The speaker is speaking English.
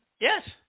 Yes